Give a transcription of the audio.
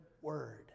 word